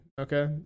Okay